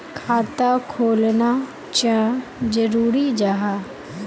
खाता खोलना चाँ जरुरी जाहा?